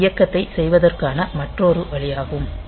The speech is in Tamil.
இது இயக்கத்தைச் செய்வதற்கான மற்றொரு வழியாகும்